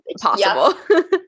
possible